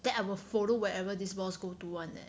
that I will follow wherever this boss go to [one] leh